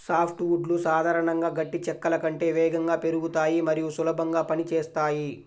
soft వుడ్లు సాధారణంగా గట్టి చెక్కల కంటే వేగంగా పెరుగుతాయి మరియు సులభంగా పని చేస్తాయి